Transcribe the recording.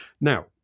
Now